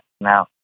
Now